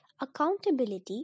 accountability